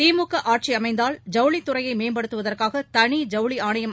திமுக ஆட்சி அமைந்தால் ஐவுளித் துறையை மேம்படுத்துவதற்காக தனி ஐவுளி ஆணையம்